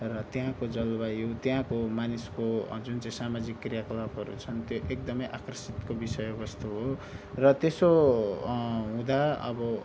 र त्यहाँको जलवायु त्यहाँको मानिसको जुन चाहिँ सामाजिक क्रियाकलापहरू छन् त्यो एकदमै आकर्षितको विषयवस्तु हो र त्यसो हुँदा अब